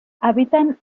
habitan